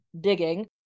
digging